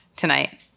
Tonight